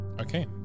Okay